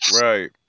right